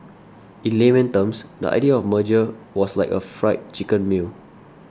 in layman terms the idea of merger was like a Fried Chicken meal